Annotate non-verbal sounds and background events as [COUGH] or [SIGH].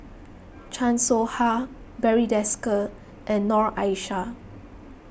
[NOISE] Chan Soh Ha Barry Desker and Noor Aishah